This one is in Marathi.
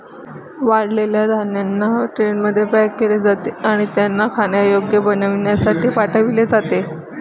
वाळलेल्या धान्यांना ट्रेनमध्ये पॅक केले जाते आणि त्यांना खाण्यायोग्य बनविण्यासाठी पाठविले जाते